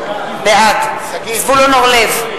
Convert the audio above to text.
בעד זבולון אורלב,